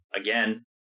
again